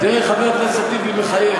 תראה, חבר הכנסת טיבי מחייך.